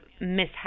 mishap